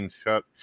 shut